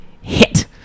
hit